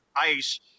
ice